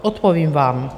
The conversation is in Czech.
Odpovím vám.